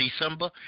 december